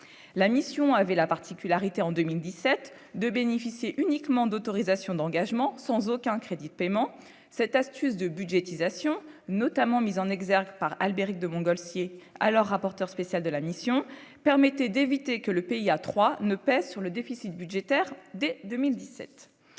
la mission avait la particularité, en 2017 de bénéficier uniquement d'autorisations d'engagement sans aucun crédit de paiement cette astuce de budgétisation notamment mis en exergue par Albéric de Montgolfier, alors rapporteur spécial de la mission permettait d'éviter que le pays à 3 ne pèse sur le déficit budgétaire dès 2017